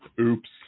Oops